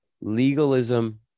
Legalism